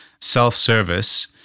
self-service